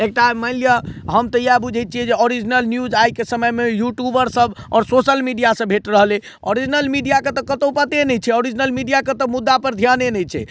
एकटा मानि लिअऽ हम तऽ इएह बुझय छियै जे ओरिजिनल न्यूज आइके समयमे युटूबर सब आओर सोशल मीडियासँ भेट रहल अछि ओरिजिनल मीडियाके तऽ कतहु पते नहि छै ओरिजिनल मीडियाके तऽ मुद्दापर ध्याने नहि छै